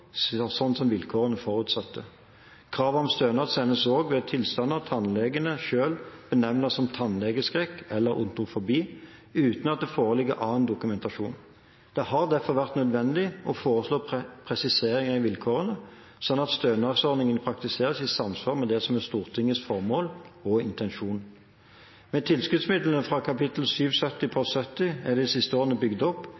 vilkårene forutsetter. Krav om stønad sendes også ved tilstander tannlegene selv benevner som tannlegeskrekk eller odontofobi, uten at det foreligger annen dokumentasjon. Det har derfor vært nødvendig å foreslå presiseringer i vilkårene, slik at stønadsordningen praktiseres i samsvar med Stortingets formål og intensjon. Med tilskuddsmidler fra kap. 770 post 70 er det de siste årene bygd opp